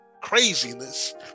craziness